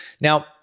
Now